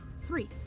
three